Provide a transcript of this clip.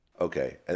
Okay